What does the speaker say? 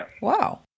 Wow